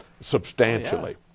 substantially